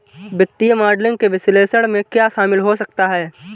वित्तीय मॉडलिंग के विश्लेषण में क्या शामिल हो सकता है?